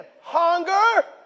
hunger